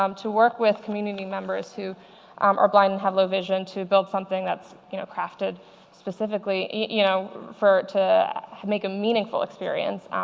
um to work with community members who are blind and have low vision to build something that's you know crafted specifically you know to make a meaningful experience.